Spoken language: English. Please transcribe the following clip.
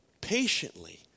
patiently